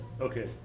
Okay